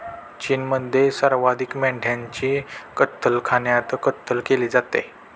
चीनमध्ये सर्वाधिक मेंढ्यांची कत्तलखान्यात कत्तल केली जाते